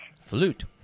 Flute